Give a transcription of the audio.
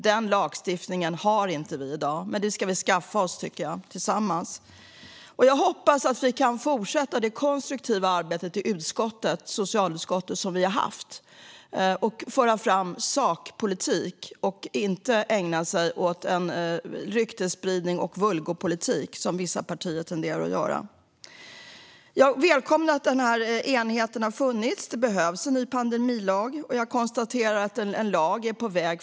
Den lagstiftningen har vi inte i dag, men den ska vi skaffa oss tillsammans. Jag hoppas att vi kan fortsätta vårt konstruktiva arbete i socialutskottet med att föra fram sakpolitik och inte ägna oss åt ryktesspridning och vulgopolitik, så som vissa partier tenderar göra. Jag välkomnar enigheten, för det behövs en pandemilag. Jag konstaterar att en sådan är på väg.